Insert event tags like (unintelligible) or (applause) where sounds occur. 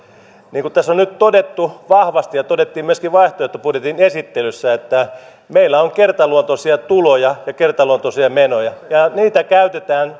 niin kuin tässä on nyt todettu vahvasti ja todettiin myöskin vaihtoehtobudjetin esittelyssä meillä on kertaluontoisia tuloja ja kertaluontoisia menoja ja niitä käytetään (unintelligible)